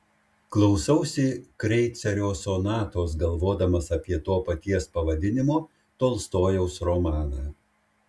klausausi kreicerio sonatos galvodamas apie to paties pavadinimo tolstojaus romaną